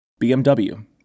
BMW